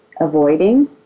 avoiding